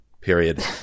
period